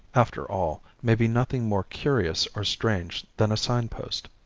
after all, may be nothing more curious or strange than a signpost.